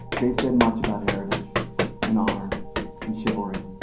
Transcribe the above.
they said much about heritage and honor and chivalry.